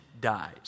dies